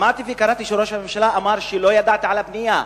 שמעתי וקראתי שראש הממשלה אמר שלא ידע על הפנייה.